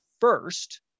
first